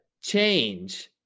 change